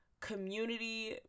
Community